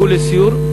בואו לסיור,